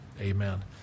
Amen